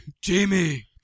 Jamie